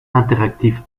interactif